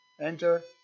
Enter